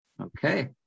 Okay